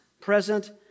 present